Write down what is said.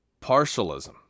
Partialism